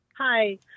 Hi